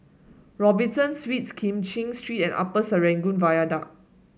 Robinson Suites Kim Cheng Street and Upper Serangoon Viaduct